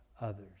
others